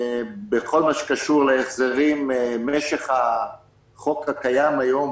בכל הקשור להחזרים מתכוונים להאריך את משך החוק הקיים היום,